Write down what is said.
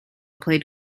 played